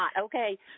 okay